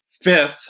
Fifth